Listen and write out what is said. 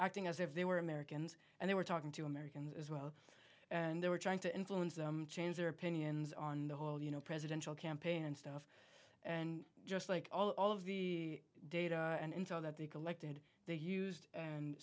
acting as if they were americans and they were talking to americans as well and they were trying to influence them change their opinions on the whole you know presidential campaign and stuff and just like all of the data and intel that they collected they used and